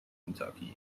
kentucky